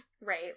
Right